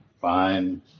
Fine